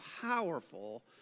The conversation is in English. powerful